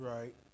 Right